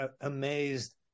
amazed